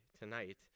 tonight